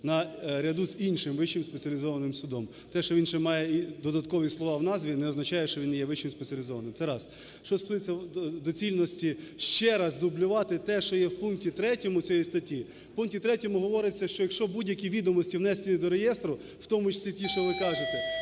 наряду з іншим Вищим спеціалізованим судом. Те, що він ще має і додаткові слова в назві, не означає, що він є вищим спеціалізованим. Це раз. Що стосується доцільності ще раз дублювати те, що є в пункті 3 цієї статті. В пункті 3 говориться, що якщо будь-які відомості внести до реєстру, в тому числі ті, що ви кажете,